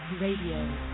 Radio